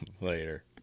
later